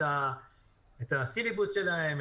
את הסילבוס שלהם,